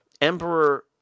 Emperor